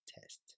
test